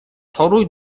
toruj